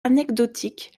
anecdotiques